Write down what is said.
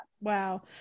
Wow